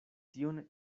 tiun